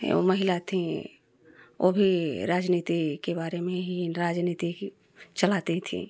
ए वह महिला थीं वह भी राजनीति के बारे में ही राजनीति ही चलाती थीं